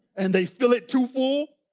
and they fill it too full,